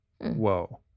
whoa